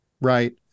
Right